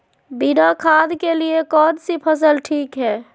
बिना खाद के लिए कौन सी फसल ठीक है?